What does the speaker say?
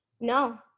No